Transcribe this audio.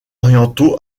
orientaux